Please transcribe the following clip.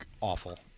awful